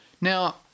Now